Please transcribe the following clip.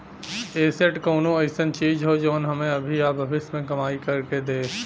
asset कउनो अइसन चीज हौ जौन हमें अभी या भविष्य में कमाई कर के दे